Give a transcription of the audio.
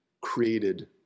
created